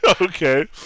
Okay